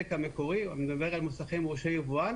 המקורי אני מדבר על מוסכים מורשי יבואן